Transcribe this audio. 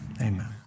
Amen